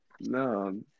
no